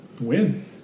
win